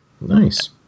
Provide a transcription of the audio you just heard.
nice